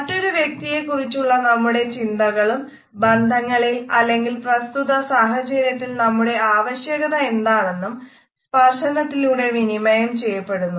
മറ്റൊരു വ്യക്തിയെക്കുറിച്ചുള്ള നമ്മുടെ ചിന്തകളും ബന്ധങ്ങളിൽ അല്ലെങ്കിൽ പ്രസ്തുത സാഹചര്യത്തിൽ നമ്മുടെ ആവശ്യകത എന്താണെന്നും സ്പർശനത്തിലൂടെ വിനിമയം ചെയ്യപ്പെടുന്നു